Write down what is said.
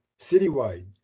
Citywide